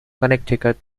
connecticut